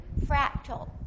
fractal